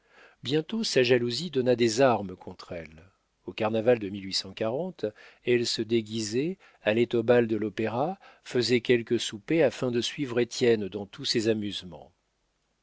bientôt sa jalousie donna des armes contre elle au carnaval de elle se déguisait allait au bal de l'opéra faisait quelques soupers afin de suivre étienne dans tous ses amusements